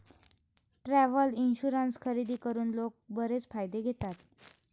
travel insurance खरेदी करून लोक बरेच फायदे घेतात